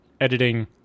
editing